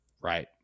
Right